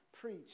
preach